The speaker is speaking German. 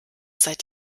seit